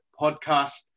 podcast